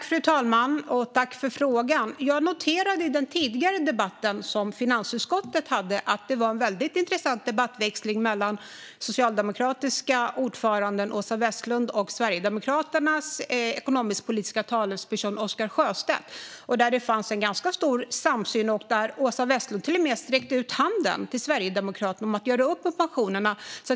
Fru talman! Tack för frågan, Sultan Kayhan! Jag noterade i den tidigare debatten som finansutskottet hade att det var en väldigt intressant ordväxling mellan den socialdemokratiska ordföranden Åsa Westlund och Sverigedemokraternas ekonomisk-politiska talesperson Oscar Sjöstedt. Det fanns en ganska stor samsyn, och Åsa Westlund sträckte till och med ut handen till Sverigedemokraterna om att göra upp om pensionerna.